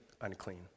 unclean